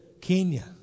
Kenya